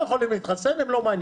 הם לא חייבים להתחסן, הם לא מעניינים.